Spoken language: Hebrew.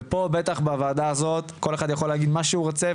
ופה בטח בוועדה הזאת כל אחד יכול להגיד מה שהוא רוצה,